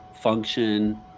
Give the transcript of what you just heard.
function